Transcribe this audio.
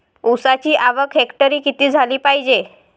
ऊसाची आवक हेक्टरी किती झाली पायजे?